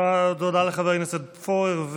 תודה לחבר הכנסת פורר.